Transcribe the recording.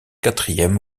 quatrième